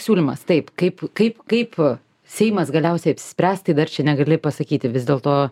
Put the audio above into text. siūlymas taip kaip kaip kaip seimas galiausiai apsispręs tai dar čia negali pasakyti vis dėlto